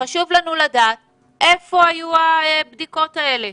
חשוב לנו לדעת איפה היו הבדיקות האלה.